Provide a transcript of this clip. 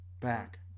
back